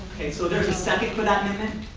okay, so there's a second for that amendment.